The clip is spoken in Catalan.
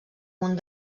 munt